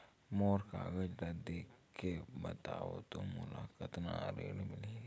मोर कागज ला देखके बताव तो मोला कतना ऋण मिलही?